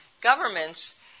governments –